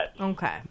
Okay